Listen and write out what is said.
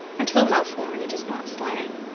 until mouth-worn it is not slang.